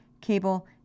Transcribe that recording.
cable